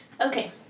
Okay